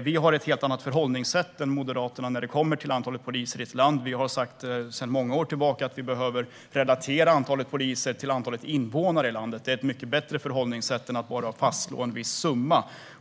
Vi har ett helt annat förhållningssätt än Moderaterna när det gäller antalet poliser i ett land. Vi har sedan många år tillbaka sagt att vi behöver relatera antalet poliser till antalet invånare i landet. Det är ett mycket bättre förhållningssätt än att bara fastslå en viss summa.